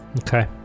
Okay